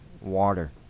water